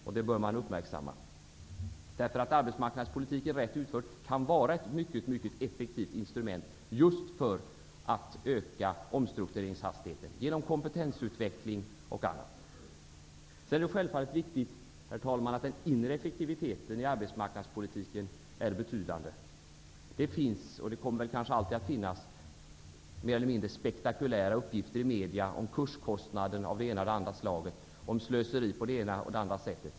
Dessa bör man uppmärksamma, därför att rätt utförd arbetsmarknadspolitik kan vara ett mycket, mycket effektivt instrument just för att öka omstruktureringshastigheten genom kompetensutveckling och annat. Det är självfallet viktigt, herr talman, att den inre effektiviteten i arbetsmarknadspolitiken är betydande. Det finns och kommer kanske alltid att finnas mer eller mindre spektakulära uppgifter i medierna om kurskostnaden av det ena eller andra slaget och om slöseri på det ena eller andra sättet.